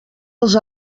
els